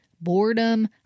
boredom